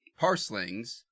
Parslings